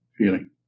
Feeling